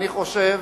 אני חושב